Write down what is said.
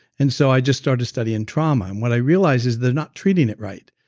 and so i just started studying trauma, and what i realized is they're not treating it right.